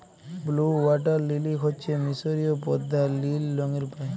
blue water lily হচ্যে মিসরীয় পদ্দা লিল রঙের পায়